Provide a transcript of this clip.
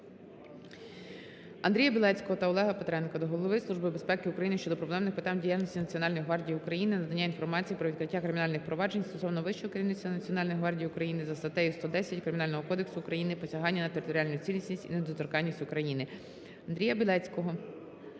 Андрія Білецького та Олега Петренка до голови Служби безпеки України щодо проблемних питань діяльності Національної гвардії України, надання інформації про відкриття кримінальних проваджень стосовно вищого керівництва Національної гвардії України за статтею 110 Кримінального кодексу України "Посягання на територіальну цілісність і недоторканість України". Андрія Білецького